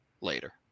later